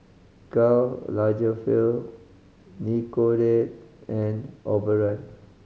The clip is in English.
Karl Lagerfeld Nicorette and Overrun